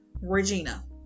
regina